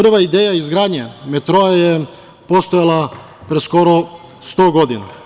Prva ideja izgradnje metroa je postojala pre skoro 100 godina.